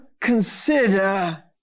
consider